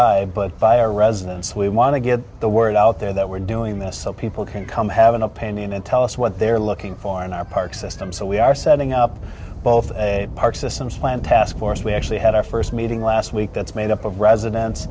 i but by our residents we want to get the word out there that we're doing this so people can come have an opinion and tell us what they're looking for in our parks system so we are setting up both a park systems plan task force we actually had our first meeting last week that's made up of residen